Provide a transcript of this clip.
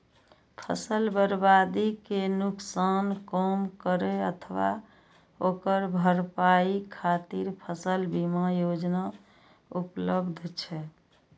फसल बर्बादी के नुकसान कम करै अथवा ओकर भरपाई खातिर फसल बीमा योजना उपलब्ध छै